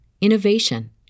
innovation